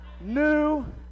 New